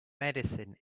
medicine